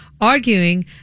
arguing